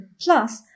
plus